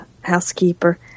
housekeeper